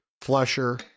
flusher